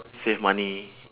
save money